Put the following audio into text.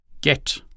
GET